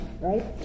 right